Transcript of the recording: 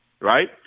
right